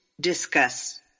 discuss